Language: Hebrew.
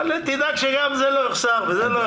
אבל תדאג שגם זה לא יחסר וזה לא יחסר.